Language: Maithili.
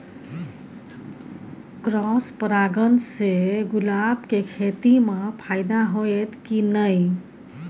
क्रॉस परागण से गुलाब के खेती म फायदा होयत की नय?